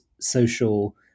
social